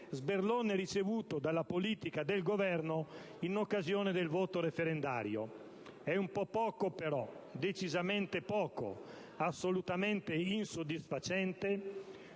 - ricevuto dalla politica del Governo in occasione del voto referendario. È un po' poco però, decisamente poco, assolutamente insoddisfacente.